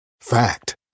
Fact